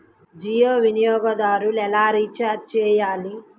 జియో వినియోగదారులు ఎలా రీఛార్జ్ చేయాలి?